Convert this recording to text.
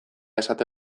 esate